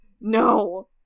no